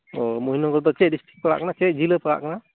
ᱚ ᱢᱚᱦᱤᱫᱟᱯᱩᱨ ᱫᱚ ᱪᱮᱫ ᱰᱤᱥᱴᱨᱤᱠ ᱯᱟᱲᱟᱜ ᱠᱟᱱᱟ ᱪᱮᱫ ᱡᱮᱞᱟ ᱯᱟᱲᱟᱜ ᱠᱟᱱᱟ